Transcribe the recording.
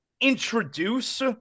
introduce